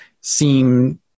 seem